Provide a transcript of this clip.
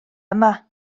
yma